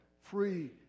free